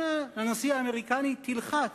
אנא, הנשיא האמריקני, תלחץ.